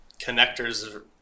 connectors